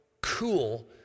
cool